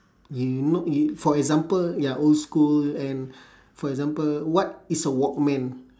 you know you for example ya old school and for example what is a walkman